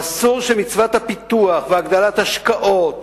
אסור שמצוות הפיתוח והגדלת השקעות